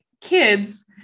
kids